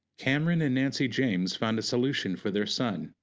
cameron and nancy james found a solution for their son,